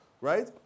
right